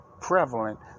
prevalent